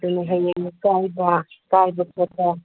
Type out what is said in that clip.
ꯑꯗꯨꯅꯤ ꯍꯌꯦꯡꯃꯨꯛ ꯀꯥꯏꯕ ꯀꯥꯏꯕ ꯈꯣꯠꯄ